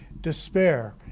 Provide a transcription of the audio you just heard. despair